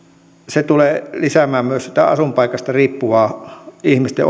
se tulee lisäämään myös tätä asuinpaikasta riippuvaa ihmisten